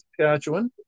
Saskatchewan